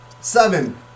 Seven